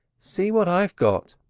see what i've got!